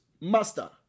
Master